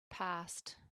passed